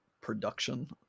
production